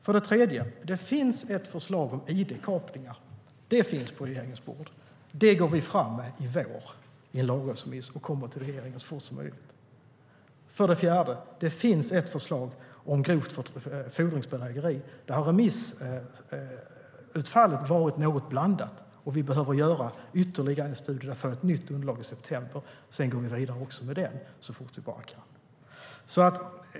För det tredje: Det finns ett förslag om id-kapningar på regeringens bord. Det går vi fram med i vår i en lagrådsremiss, och vi kommer till riksdagen så fort som möjligt. För det fjärde: Det finns ett förslag om grovt fordringsbedrägeri. Där har remissutfallet varit något blandat. Vi behöver göra ytterligare en studie och får ett nytt underlag i september. Sedan går vi vidare också med det så fort vi bara kan.